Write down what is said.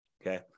Okay